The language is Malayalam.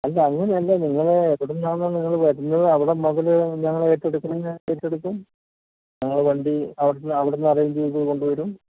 അല്ല അങ്ങനല്ല നിങ്ങൾ എവിടുന്നാണൊ നിങ്ങൾ വരുന്നത് അവിടം മുതൽ ഞങ്ങൾ ഏറ്റെടുക്കണം എങ്കിൽ ഞ ഏറ്റെടുക്കും ഞങ്ങൾ വണ്ടി അവിടുന്ന് അവിടുന്ന് അറേഞ്ച് ചെയ്ത് കൊണ്ട് വരും